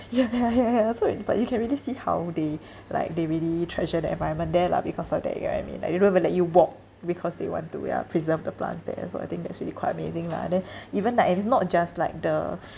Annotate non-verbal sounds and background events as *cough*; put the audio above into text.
ya ya ya ya *laughs* so it but you can really see how they like they really treasure the environment there lah because of that area you know what I mean like they don't even let you walk because they want to ya preserve the plants there as well I think that's really quite amazing lah then even like it is not just like the